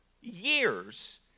years